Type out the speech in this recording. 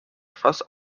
fast